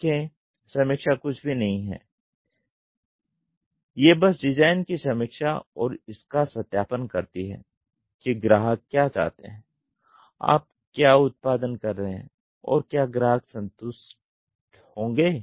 देखें समीक्षा कुछ भी नहीं है ये बस डिज़ाइन की समीक्षा और इसका सत्यापन करती है कि ग्राहक क्या चाहते हैं आप क्या उत्पादन कर रहे हैं और क्या ग्राहक संतुष्टि होंगे